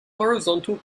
horizontal